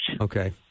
Okay